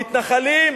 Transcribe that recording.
המתנחלים,